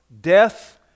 death